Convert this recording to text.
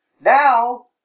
Now